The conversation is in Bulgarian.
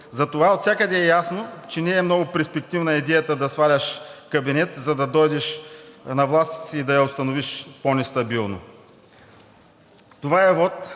Затова отвсякъде е ясно, че не е много перспективна идеята да сваляш кабинет, за да дойдеш на власт и да я установиш по-нестабилно. Това е вот,